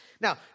Now